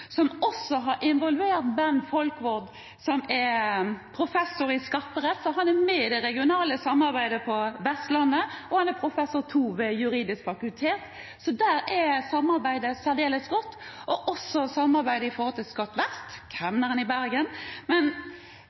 som også har involvert Benn Folkvord, som er professor i skatterett. Han er med i det regionale samarbeidet på Vestlandet, og han er professor II ved Det juridiske fakultet, så der er samarbeidet særdeles godt, og også samarbeidet med Skatt vest, kemneren i Bergen. Men